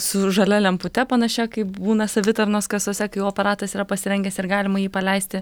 su žalia lempute panašiai kaip būna savitarnos kasose kai aparatas yra pasirengęs ir galima jį paleisti